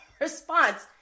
response